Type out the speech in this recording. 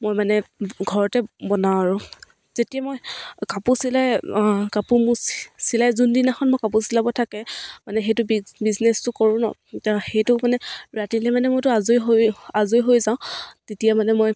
মই মানে ঘৰতে বনাওঁ আৰু যেতিয়া মই কাপোৰ চিলাই কাপোৰ মোৰ চিলাই যোনদিনাখন মই কাপোৰ চিলাব থাকে মানে সেইটো বিজনেছটো কৰোঁ নহ্ ত সেইটো মানে ৰাতিলৈ মানে মইতো আজৰি হৈ আজৰি হৈ যাওঁ তেতিয়া মানে মই